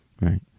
Right